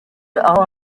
aho